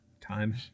time